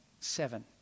Seven